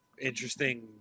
interesting